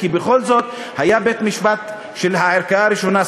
כי בכל זאת, היה בית-משפט של הערכאה הראשונה.